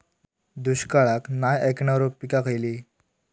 दुष्काळाक नाय ऐकणार्यो पीका खयली?